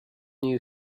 new